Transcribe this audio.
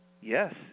Yes